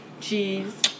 cheese